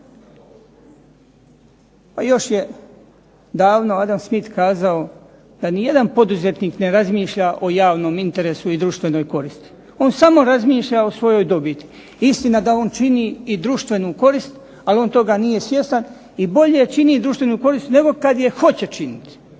Pa još je davno Adam Smith kazao da nijedan poduzetnik ne razmišlja o javnom interesu i društvenoj koristi, on samo razmišlja o svojoj dobiti. Istina da on čini i društvenu korist, ali on toga nije svjestan i bolje čini društvenu korist nego kad je hoće činiti.